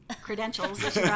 credentials